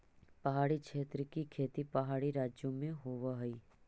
पहाड़ी क्षेत्र की खेती पहाड़ी राज्यों में होवअ हई